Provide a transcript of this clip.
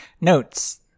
Notes